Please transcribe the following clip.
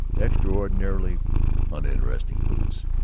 extraordinarily uninteresting boots.